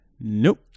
Nope